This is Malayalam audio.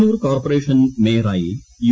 കണ്ണൂർകോർപ്പറേഷൻ മേയർ ആയി യു